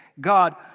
God